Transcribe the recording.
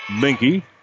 Minky